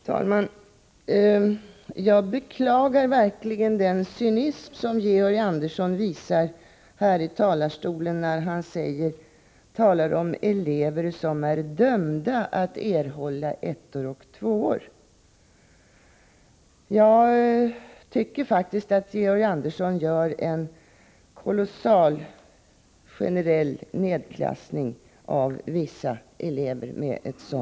Fru talman! Jag beklagar verkligen den cynism som Georg Andersson visar här i talarstolen när han talar om elever som är dömda att erhålla ettor och tvåor. Jag tycker faktiskt att Georg Andersson med ett sådant uttalande gör en kolossal generell nedklassning av vissa elever.